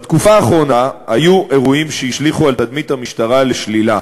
בתקופה האחרונה היו אירועים שהשליכו על תדמית המשטרה לשלילה,